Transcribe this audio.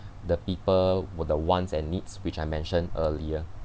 the people were the wants and needs which I mentioned earlier